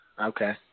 okay